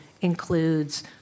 includes